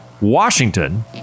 Washington